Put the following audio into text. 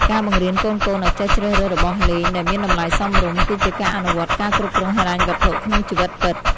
ការបង្រៀនកូនៗឱ្យចេះជ្រើសរើសរបស់លេងដែលមានតម្លៃសមរម្យ គឺជាការអនុវត្តការគ្រប់គ្រងហិរញ្ញវត្ថុក្នុងជីវិតពិត។